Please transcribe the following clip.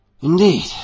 Indeed